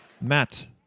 Matt